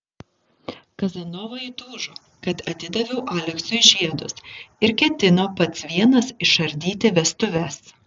kazanova įtūžo kad atidaviau aleksui žiedus ir ketino pats vienas išardyti vestuves